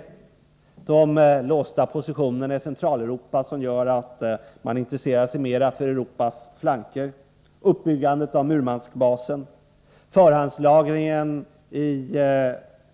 Några exempel är de låsta positionerna i Centraleuropa, som gör att man intresserar sig mera för Europas flanker, uppbyggandet av Murmanskbasen, förhandslagringen i